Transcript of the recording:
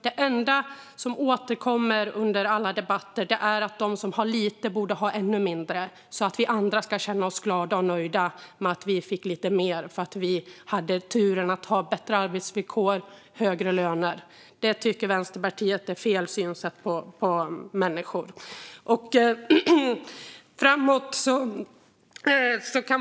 Det enda som återkommer i alla debatter är att de som har lite borde ha ännu mindre, så att vi andra ska känna oss glada och nöjda med att vi fick lite mer eftersom vi hade turen att ha bättre arbetsvillkor och högre löner. Det tycker Vänsterpartiet är fel sätt att se på människor.